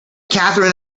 katherine